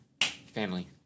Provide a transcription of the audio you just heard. Family